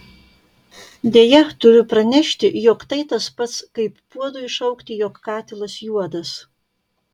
deja turiu pranešti jog tai tas pats kaip puodui šaukti jog katilas juodas